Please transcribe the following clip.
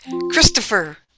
Christopher